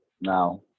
now